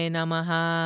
Namaha